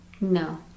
No